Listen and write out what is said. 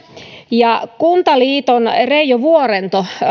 ja kuntaliiton reijo vuorento